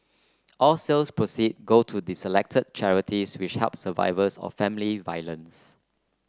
all sales proceed go to selected charities which help survivors of family violence